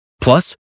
Plus